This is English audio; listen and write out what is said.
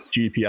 GPS